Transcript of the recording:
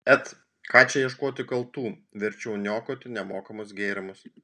et ką čia ieškoti kaltų verčiau niokoti nemokamus gėrimus